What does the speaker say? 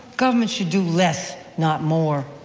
government should do less, not more.